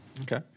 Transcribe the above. Okay